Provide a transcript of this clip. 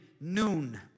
noon